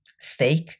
steak